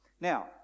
now